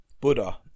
buddha